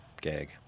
gag